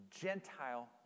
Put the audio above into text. Gentile